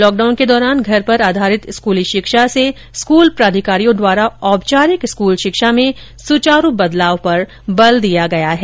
lockdown के दौरान घर पर आधारित स्कूली शिक्षा से स्कूल प्राधिकारियों द्वारा औपचारिक स्कूल शिक्षा में सुचारू परिवर्तन पर बल दिया गया है